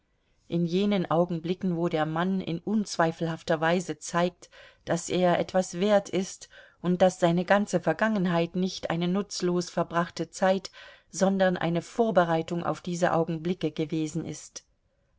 in jenen augenblicken wo der mann in unzweifelhafter weise zeigt daß er etwas wert ist und daß seine ganze vergangenheit nicht eine nutzlos verbrachte zeit sondern eine vorbereitung auf diese augenblicke gewesen ist